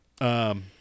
Um-